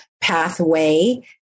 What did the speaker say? Pathway